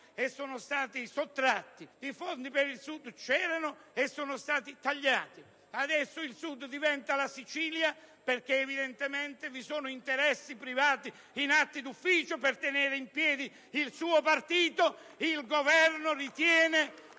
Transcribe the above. e sono stati sottratti; i fondi per il Sud c'erano, e sono stati tagliati. Adesso il Sud diventa la Sicilia, perché evidentemente vi sono interessi privati in atti di ufficio per tenere in piedi il suo partito, e dunque il Governo ritiene